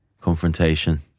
confrontation